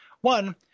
One